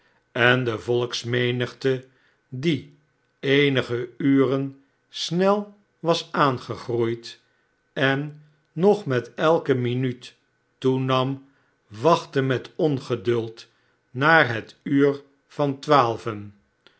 en de volksmenigte die eenige uren snel was aangegroeid en nog met elke minuut toenam wachtte met ongeduld naar het uur van twaalven